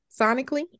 sonically